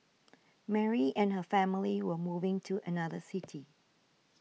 Mary and her family were moving to another city